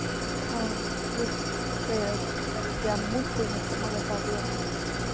ꯑꯥ ꯀꯌꯥꯃꯨꯛ ꯀꯨꯏꯅ ꯊꯝꯃꯒꯆꯥꯕ ꯌꯥꯒꯅꯤ